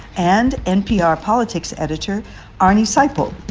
and npr politics editor arnie seipel.